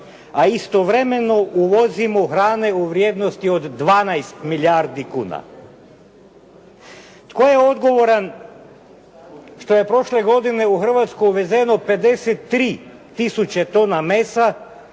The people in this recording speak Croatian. a istovremeno uvozimo hrane u vrijednosti od 12 milijardi kuna. Tko je odgovoran što je prošle godine u Hrvatsku uvezeno 53000 tona mesa,